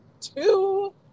two